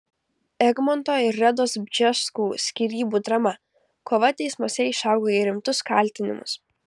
egmonto ir redos bžeskų skyrybų drama kova teismuose išaugo į rimtus kaltinimus